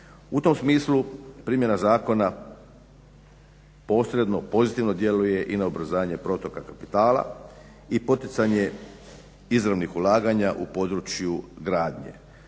U tom smislu, primjena zakona posredno, pozitivno djeluje i na ubrzanje protoka kapitala i poticanje izravnih ulaganja u području gradnje.